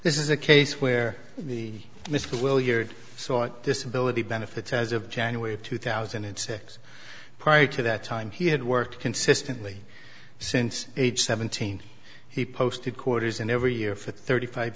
this is a case where the mr will your sought disability benefits as of january of two thousand and six prior to that time he had worked consistently since age seventeen he posted quarters and every year for thirty five